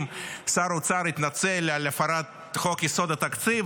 שר האוצר התנצל על הפרת חוק-יסוד: התקציב,